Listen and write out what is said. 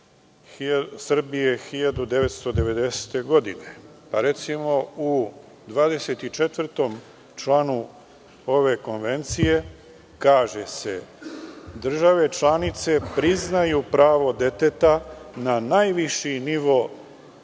Srbije 1990. godine. Recimo, u članu 24. ove konvencije kaže se – države članice priznaju prava deteta na najviši nivo